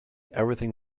everything